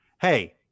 hey